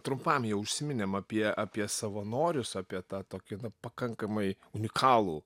trumpam jau užsiminėm apie apie savanorius apie tą tokį na pakankamai unikalų